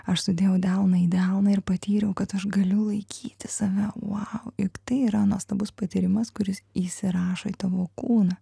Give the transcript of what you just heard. aš sudėjau delną į delną ir patyriau kad aš galiu laikyti save vau juk tai yra nuostabus patyrimas kuris įsirašo į tavo kūną